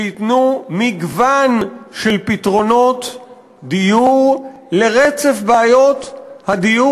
שתיתן מגוון של פתרונות דיור לרצף בעיות הדיור